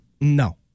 No